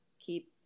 keep